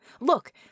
Look